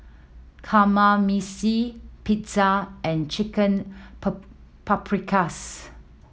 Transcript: Kamameshi Pizza and Chicken Paprikas